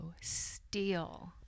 steal